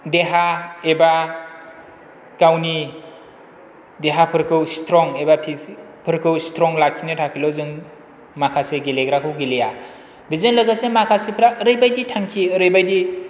देहा एबा गावनि देहाफोरखौ स्ट्रं एबा फिसिकफोरखौ स्ट्रं लाखिनो थाखाय ल' जों माखासे गेलेग्राखौ गेलेया बेजों लोगोसे माखासेफ्रा ओरैबायदि थांखि ओरैबायदि